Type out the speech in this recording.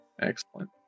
Excellent